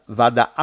vada